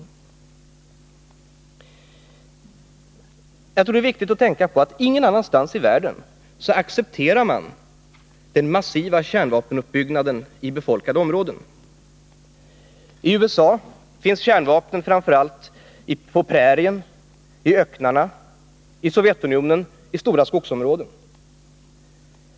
Jag tror att det är viktigt att tänka på att man ingen annanstans i världen accepterar en massiv kärnvapenuppbyggnad i befolkade områden. I USA finns kärnvapen framför allt på prärien och i öknarna, i Sovjetunionen i stora skogsområden.